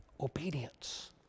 obedience